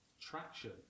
traction